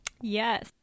yes